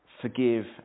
forgive